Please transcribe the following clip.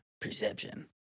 Perception